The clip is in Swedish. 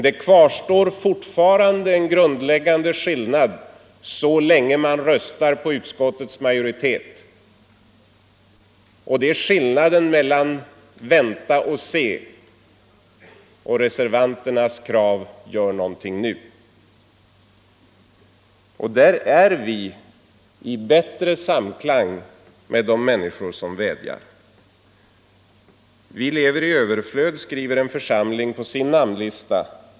Det kvarstår dock fortfarande en grundläggande skillnad så länge man röstar med utskottsmajoritetens förslag — och det är skillnaden mellan ”vänta och se” och reservanternas krav ”gör någonting nu”. Där är vi i bättre samklang med de människor som vädjar. "Vi lever i överflöd”, skriver en församling på sin namnlista.